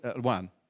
one